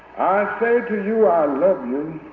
say to you, i love you.